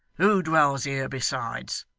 who dwells here besides